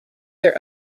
their